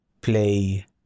play